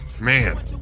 Man